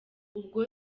ubwo